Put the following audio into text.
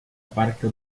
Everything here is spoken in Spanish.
parque